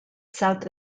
south